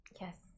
yes